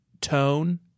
tone